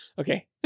Okay